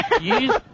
use